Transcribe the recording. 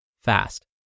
fast